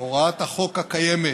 הוראת החוק הקיימת